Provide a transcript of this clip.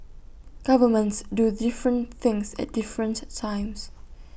governments do different things at different times